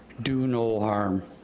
do no harm.